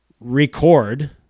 record